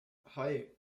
hei